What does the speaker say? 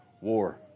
war